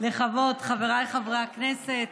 חבריי חברי הכנסת,